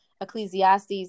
Ecclesiastes